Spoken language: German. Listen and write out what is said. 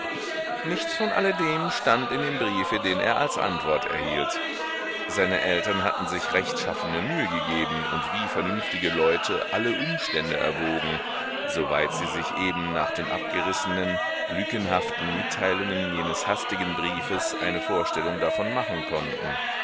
nichts von alledem stand in dem briefe den er als antwort erhielt seine eltern hatten sich rechtschaffene mühe gegeben und wie vernünftige leute alle umstände erwogen soweit sie sich eben nach den abgerissenen lückenhaften mitteilungen jenes hastigen briefes eine vorstellung davon machen konnten